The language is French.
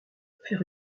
faire